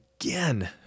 again